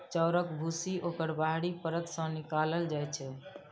चाउरक भूसी ओकर बाहरी परत सं निकालल जाइ छै